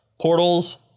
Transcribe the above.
portals